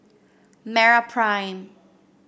MeraPrime